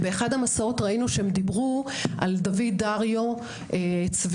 באחד המסעות ראינו שהם דיברו על דוד דריו צבי.